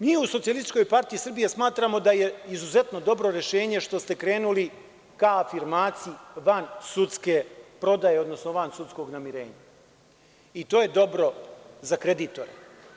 Mi u SPS smatramo da je izuzetno dobro rešenje što ste krenuli ka afirmaciji vansudske prodaje, odnosno vansudskog namirenja i to je dobro za kreditore.